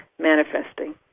manifesting